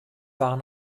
waren